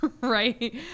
Right